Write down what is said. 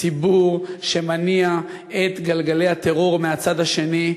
הציבור שמניע את גלגלי הטרור מהצד השני,